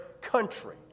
country